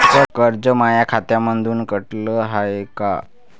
कर्ज माया खात्यामंधून कटलं हाय का?